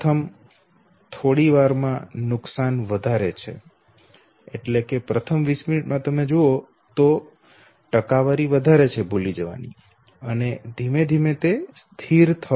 પ્રથમ થોડીવારમાં નુકસાન વધારે છે અને ધીમે ધીમે તે સ્થિર થવાનું શરૂ થાય છે